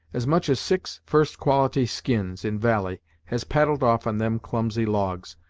as much as six first quality skins, in valie, has paddled off on them clumsy logs,